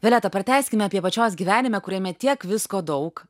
violeta pratęskime apie pačios gyvenimą kuriame tiek visko daug